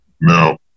Now